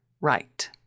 right